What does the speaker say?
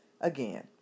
again